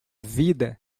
vida